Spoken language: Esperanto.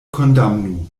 kondamnu